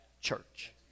church